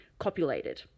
copulated